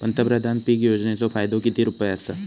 पंतप्रधान पीक योजनेचो फायदो किती रुपये आसा?